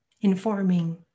informing